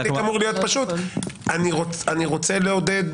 אני רוצה לעודד